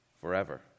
forever